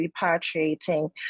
repatriating